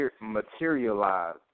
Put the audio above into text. materialize